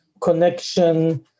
connection